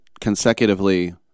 consecutively